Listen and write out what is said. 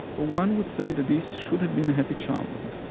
one would say that this should have been a happy childhood.